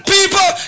people